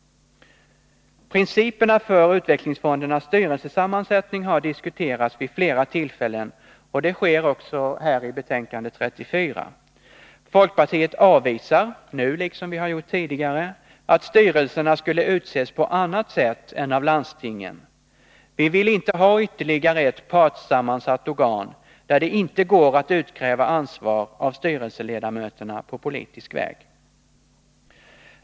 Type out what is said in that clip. Principerna för utvecklingsfondernas styrelsesammansättning har diskuterats vid flera tillfällen, och det sker också i betänkande 34. Folkpartiet avvisar nu, liksom vi har gjort tidigare, att styrelserna skulle utses på annat sätt än av landstingen. Vi vill inte ha ytterligare ett partssammansatt organ, där det inte går att utkräva ansvar av styrelseledamöterna på politisk väg.